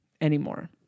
anymore